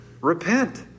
Repent